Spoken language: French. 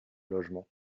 logements